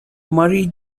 marie